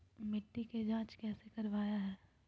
मिट्टी के जांच कैसे करावय है?